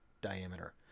diameter